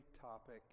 topic